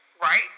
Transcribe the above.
Right